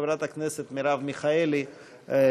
חברת הכנסת מרב מיכאלי תציג.